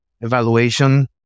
evaluation